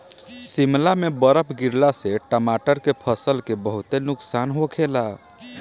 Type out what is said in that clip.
शिमला में बरफ गिरला से टमाटर के फसल के बहुते नुकसान होखेला